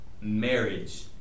marriage